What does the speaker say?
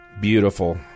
Beautiful